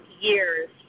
years